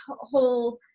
whole